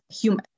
human